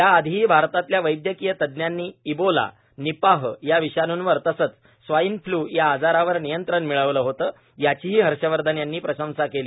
याआधीही भारतातल्या वैद्यकीय तज्ञांनी इबोला निपाह या विषाणूंवर तसंच स्वाइन फ्ल्यू या आजारांवर नियंत्रण मिळवलं होतं याचीही हर्षवर्धन यांनी प्रशंसा केली